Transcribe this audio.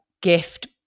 gift